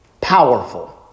powerful